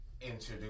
introduce